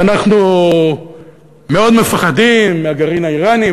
אנחנו מאוד מפחדים מהגרעין האיראני,